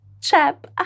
chap